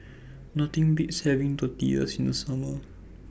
Nothing Beats having Tortillas in The Summer